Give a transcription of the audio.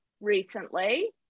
recently